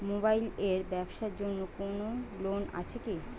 Mobile এর ব্যাবসার জন্য কোন লোন আছে কি?